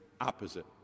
opposite